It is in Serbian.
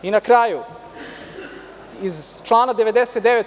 Na kraju, iz člana 99.